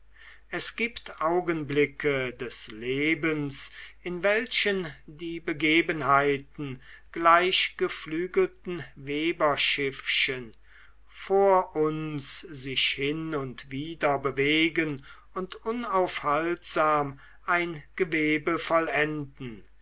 es gibt augenblicke des lebens in welchen die begebenheiten gleich geflügelten weberschiffchen vor uns sich hin und wider bewegen und unaufhaltsam ein gewebe vollenden